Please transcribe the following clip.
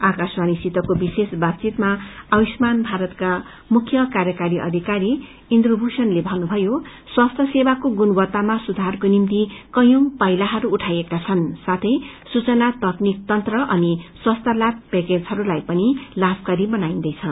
आकाशवाणीसितको बातचितमा आयुष्मान भारतका मुख्य कार्यकारी अधीकरी इन्दुभूषणले भन्नुभयो स्वास्थ्य सेवाको गुणवत्तामा सुधारको निम्ति कैयौं पाइलाहरू उठाइएका छन् साथै सूचना तकनीक तंत्र अनि स्वास्थ्य लाभ पैकेजहरूलाई पनि लाभकारी बनाईन्दैछ